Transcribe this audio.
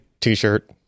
t-shirt